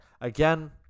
again